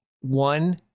One